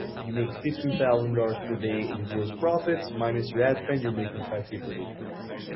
you make fifteen thousand dollars per day in gross profits, minus your ad spend, you're making five k per day profit.